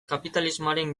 kapitalismoaren